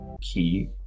key